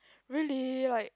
really like